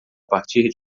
partir